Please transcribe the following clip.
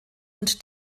und